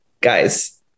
guys